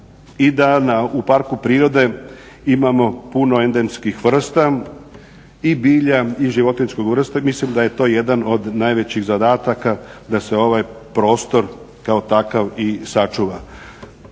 i da u parku prirode imamo puno endemskih vrsta i bilja i životinjskih vrsta. Mislim da je to jedan od najvećih zadataka da se ovaj prostor kao takav i sačuva.